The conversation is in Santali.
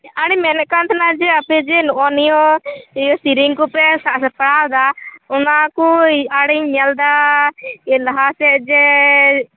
ᱟᱨᱮ ᱢᱮᱱᱮᱫ ᱠᱟᱱ ᱛᱟᱦᱮᱱᱟ ᱡᱮ ᱟᱯᱮᱡᱮ ᱱᱚᱜᱼᱚᱭ ᱱᱤᱭᱟᱹ ᱥᱤᱨᱤᱝ ᱠᱚᱯᱮ ᱥᱟᱜ ᱥᱟᱯᱲᱟᱣᱮᱫᱟ ᱚᱱᱟᱠᱚᱭ ᱟᱨᱮᱧ ᱧᱮᱞᱮᱫᱟ ᱞᱟᱦᱟᱥᱮᱫ ᱡᱮ